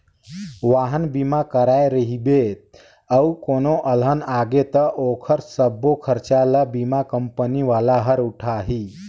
वाहन बीमा कराए रहिबे अउ कोनो अलहन आगे त ओखर सबो खरचा ल बीमा कंपनी वाला हर उठाही